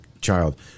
child